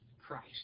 Christ